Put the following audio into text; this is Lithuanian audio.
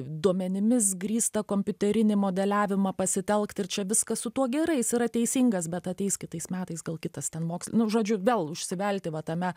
duomenimis grįsta kompiuterinį modeliavimą pasitelkt ir čia viskas su tuo gerai jis yra teisingas bet ateis kitais metais gal kitas ten mokslin nu žodžiu vėl užsivelti va tame